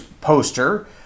poster